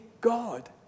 God